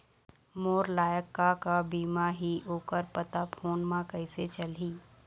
मोर लायक का का बीमा ही ओ कर पता फ़ोन म कइसे चलही?